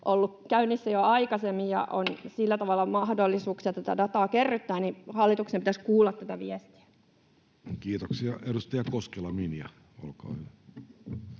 ollut käynnissä jo aikaisemmin ja on sillä tavalla mahdollisuuksia tätä dataa kerryttää, niin hallituksen pitäisi kuulla tätä viestiä. Kiitoksia. — Edustaja Koskela, Minja, olkaa hyvä